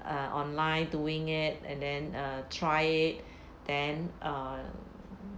uh online doing it and then err try it then err